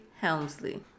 Helmsley